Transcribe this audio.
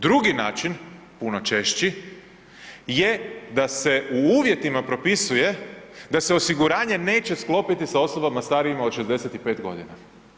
Drugi način, puno češći, je da se u uvjetima propisuje da se osiguranje neće sklopiti s osobama starijima od 65 godina.